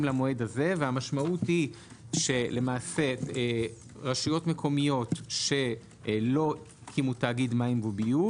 למועד הזה והמשמעות היא שלמעשה שרשויות מקומיות שלא הקימו תאגיד מים וביוב